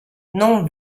non